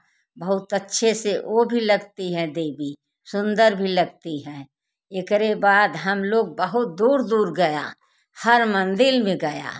बहुत अच्छे से वह भी लगती हैं देवी सुंदर भी लगती हैं एकरे बाद हम लोग बहुत दूर दूर गया हर मंदिर में गया